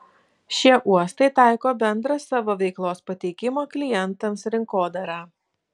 šie uostai taiko bendrą savo veiklos pateikimo klientams rinkodarą